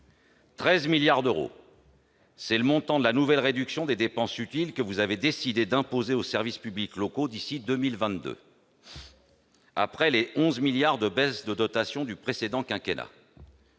13 milliards d'euros que s'élève le montant de la nouvelle réduction des dépenses utiles que vous avez décidé d'imposer aux services publics locaux d'ici à 2022, après les 11 milliards d'euros de baisse de dotations du précédent quinquennat.